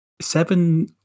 seven